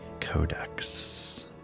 Codex